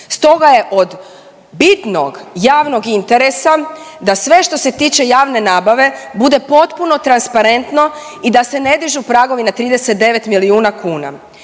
Stoga je od bitnog javnog interesa da sve što se tiče javne nabave bude potpuno transparentno i da se ne dižu pragovi na 39 milijuna kuna.